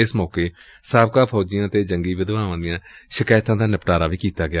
ਇਸ ਮੌਕੇ ਸਾਬਕਾ ਫੌਜੀਆਂ ਤੇ ਜੰਗੀ ਵਿਧਵਾਵਾਂ ਦੀਆਂ ਸ਼ਿਕਾਇਤਾਂ ਦਾ ਨਿਪਟਾਰਾ ਵੀ ਕੀਤਾ ਗਿਆ